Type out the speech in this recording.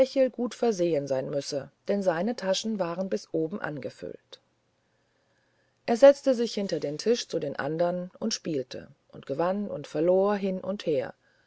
gut versehen sein müsse denn seine tasche war bis oben angefüllt er setzte sich hinter den tisch zu den andern und spielte und gewann und verlor hin und her